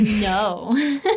no